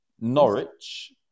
Norwich